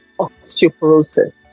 osteoporosis